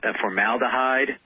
formaldehyde